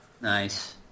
Nice